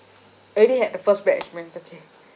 already had the first bad experience okay